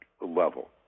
level